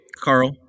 Carl